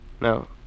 No